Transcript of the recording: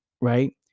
right